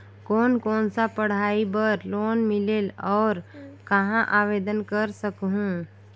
कोन कोन सा पढ़ाई बर लोन मिलेल और कहाँ आवेदन कर सकहुं?